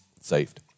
saved